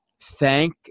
Thank